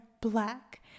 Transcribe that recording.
black